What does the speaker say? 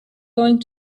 going